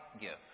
gift